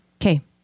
Okay